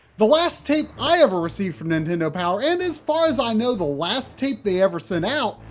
the last tape i ever received from nintendo power, and as far as i know, the last tape they ever sent out,